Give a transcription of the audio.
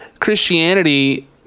Christianity